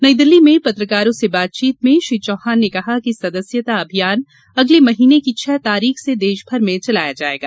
नई दिल्ली में पत्रकारों से बातचीत में श्री चौहान ने कहा कि सदस्यता अभियान इस महीने की छह तारीख से देशभर में चलाया जायेगा